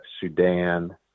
Sudan